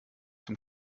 zum